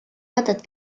mõtet